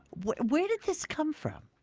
where did this come from?